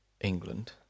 England